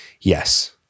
Yes